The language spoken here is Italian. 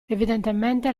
evidentemente